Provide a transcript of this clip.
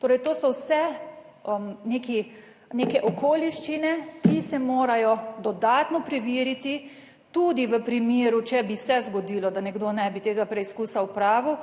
Torej, to so vse neki, neke okoliščine, ki se morajo dodatno preveriti, tudi v primeru, če bi se zgodilo, da nekdo ne bi tega preizkusa opravil